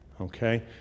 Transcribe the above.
Okay